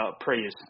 praise